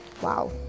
wow